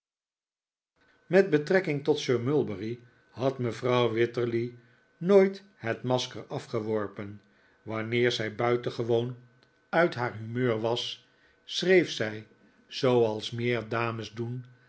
met betrekkihg tot sir mulberry had mevrouw wititterly nooit het masker afgeworpen wanneer zij buitengewoon uit haar mevrouw wititterly is jaloersch humeur was schreef zij zooals meer dames doen